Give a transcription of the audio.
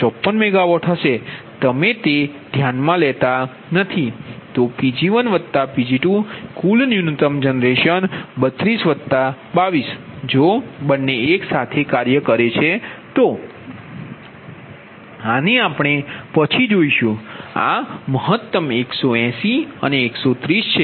તમે તે લેતા નથી તો Pg1Pg2 કુલ ન્યૂનતમ જનરેશન 32 22 જો બંને એક સાથે કાર્ય કરે છે તો આને આપણે પછી જોશું અને આ મહત્તમ 180 અને 130 છે